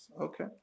Okay